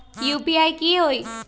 UPI की होई?